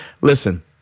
Listen